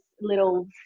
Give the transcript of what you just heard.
little